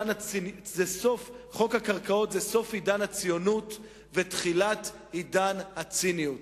חוק הקרקעות זה הוא סוף עידן הציונות ותחילת עידן הציניות,